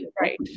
right